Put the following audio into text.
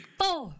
four